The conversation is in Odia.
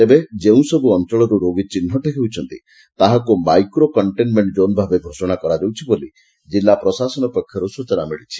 ତେବେ ମଧ୍ଧ ଯେଉଁସବୁ ଅଞ୍ଞଳର୍ ରୋଗୀ ଚିହ୍ବଟ ହେଉଛନ୍ତି ତାହାକୁ ମାଇକ୍ରୋ କକ୍ଷେନ୍ମେଣ୍ଷ୍ ଜୋନ୍ ଭାବେ ଘୋଷଣା କରାଯାଉଛି ବୋଲି କିଲ୍ଲା ପ୍ରଶାସନ ପକ୍ଷରୁ ସୂଚନା ମିଳିଛି